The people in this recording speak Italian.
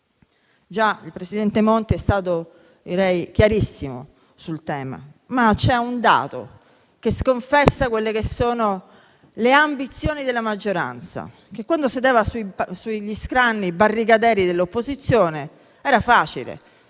Il presidente Monti è stato chiarissimo sul tema, ma c'è un dato che sconfessa le ambizioni della maggioranza, che, quando sedeva sugli scranni barricadieri dell'opposizione, la faceva